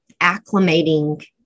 acclimating